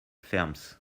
ferms